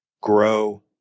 grow